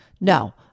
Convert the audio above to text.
No